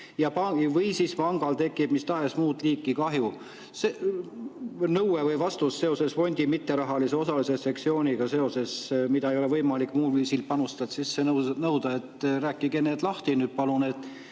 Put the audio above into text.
või pangal tekib mis tahes muud liiki kahju. See nõue või vastus seoses fondi mitterahalise osalise sektsiooniga, mida ei ole võimalik muul viisil panustajalt sisse nõuda – rääkige see lahti, palun!